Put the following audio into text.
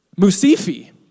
Musifi